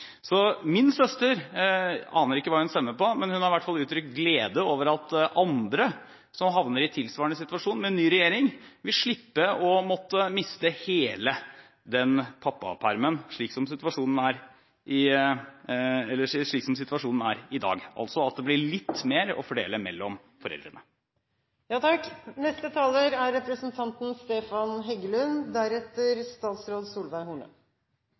Så min søster – jeg aner ikke hva hun stemmer på – har i hvert fall uttrykt glede over at andre som havner i tilsvarende situasjon med en ny regjering, vil slippe å miste hele den pappapermen, slik situasjonen er i dag. Altså – det blir litt mer å fordele mellom